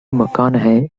mcconaughey